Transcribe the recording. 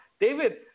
David